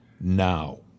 now